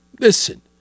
Listen